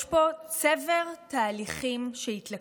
יש פה צבר תהליכים שהתלכדו.